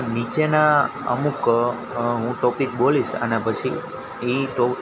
નીચેના અમુક હું ટોપિક બોલીશ આના પછી એ ટો